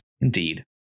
Indeed